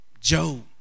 Job